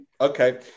okay